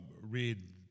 read